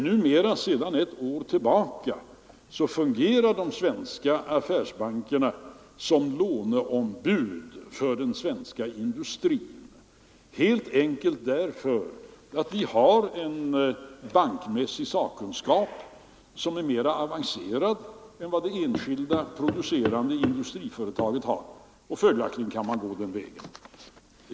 Numera — sedan ett år tillbaka — fungerar de svenska affärsbankerna som låneombud för den svenska industrin, — Allmänpolitisk helt enkelt därför att de har en mera avancerad bankmässig sakkunskap debatt än vad det enskilda producerande industriföretaget har. Följaktligen kan man gå den vägen.